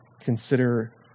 consider